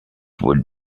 would